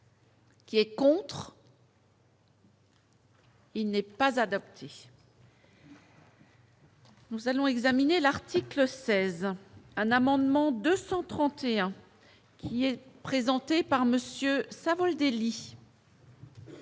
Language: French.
Qui est contre. Il n'est pas adapté. Nous allons examiner l'article 16 ans un amendement 231 qui est présenté par Monsieur Savoldelli.